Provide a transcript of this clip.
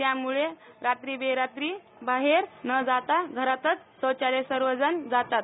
त्यामुळे रात्री बेरात्री बाहेर न जाता घरातचं शौचास सर्वजण जातात